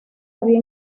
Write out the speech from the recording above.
había